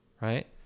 Right